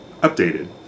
updated